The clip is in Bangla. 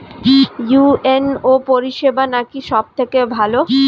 ইউ.এন.ও পরিসেবা নাকি সব থেকে ভালো?